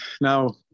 now